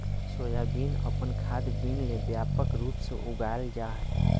soybean अपन खाद्य bean ले व्यापक रूप से उगाल जा हइ